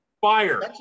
fire